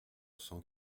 cent